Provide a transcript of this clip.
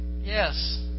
yes